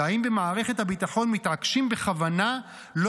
והאם במערכת הביטחון מתעקשים בכוונה לא